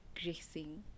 gracing